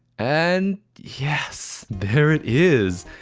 and. yes! there it is!